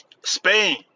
Spain